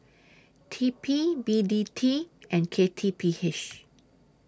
T P B T T and K T P H